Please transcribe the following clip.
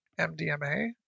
MDMA